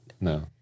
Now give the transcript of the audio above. no